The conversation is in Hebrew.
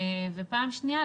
ופעם שנייה,